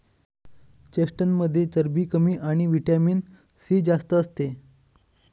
चेस्टनटमध्ये चरबी कमी आणि व्हिटॅमिन सी जास्त असते